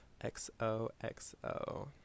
XOXO